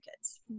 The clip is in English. kids